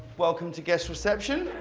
welcome to guest reception.